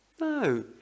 No